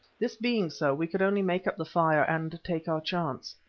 this being so we could only make up the fire and take our chance.